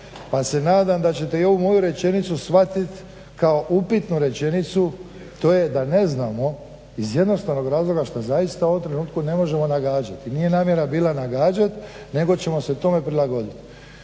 Pa se nadam da ćete i ovu moju rečenicu shvatiti kao upitnu rečenicu, to je da ne znamo iz jednostavnog razloga što zaista u ovom trenutku ne možemo nagađati. Nije namjera bila nagađati nego ćemo se tome prilagoditi.